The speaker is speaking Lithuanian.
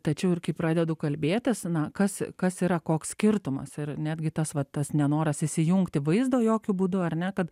tačiau ir kai pradedu kalbėtis na kas kas yra koks skirtumas ir netgi tas va tas nenoras įsijungti vaizdo jokiu būdu ar ne kad